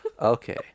Okay